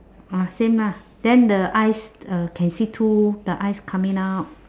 ah same lah then the eyes uh can see two the eyes coming out